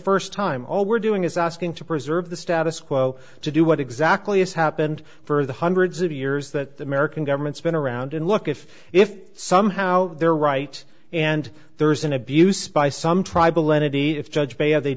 first time all we're doing is asking to preserve the status quo to do what exactly has happened for the hundreds of years that the american government's been around and look if if somehow they're right and there's an abuse by some tribal lenity if judged b